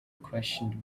questioned